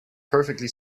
perfectly